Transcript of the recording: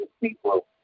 people